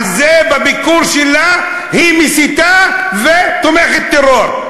על זה שבביקור שלה היא מסיתה ותומכת טרור?